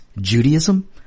Judaism